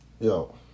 yo